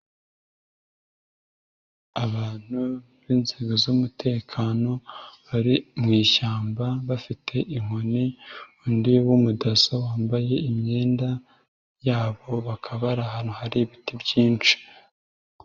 Abantu b'inzego z'umutekano bari mu ishyamba bafite inkoni, undi w'umudaso wambaye imyenda yabo, bakaba bari ahantu hari ibiti byinshi.